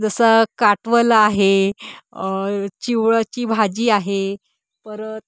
जसं काटवलं आहे चिवळाची भाजी आहे परत